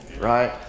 right